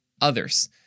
others